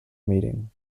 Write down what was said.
meeting